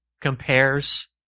compares